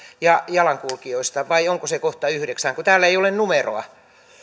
ja jalankulkijoista vai onko se kohta yhdeksän kun täällä ei ole numeroa